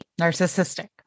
narcissistic